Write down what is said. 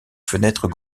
fenêtres